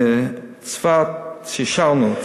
שאישרנו,